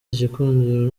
igikundiro